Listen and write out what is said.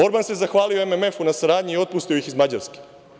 Orban se zahvalio MMF na saradnji i otpustio ih iz Mađarske.